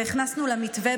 והכנסנו למתווה,